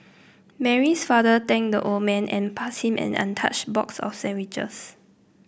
Mary's father thanked the old man and passed him and an untouched box of sandwiches